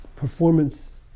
performance